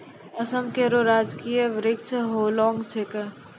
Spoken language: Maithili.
असम केरो राजकीय वृक्ष होलांग छिकै